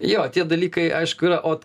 jo tie dalykai aišku yra ot